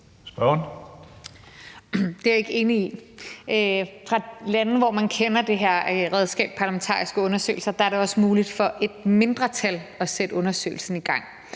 Fra lande, hvor man kender det her redskab parlamentariske undersøgelser, er det også muligt for et mindretal at sætte undersøgelsen i gang.